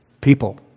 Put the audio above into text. People